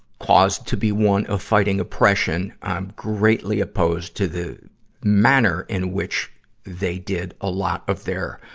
cause to be one of fighting oppression, i'm greatly opposed to the manner in which they did a lot of their,